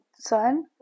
son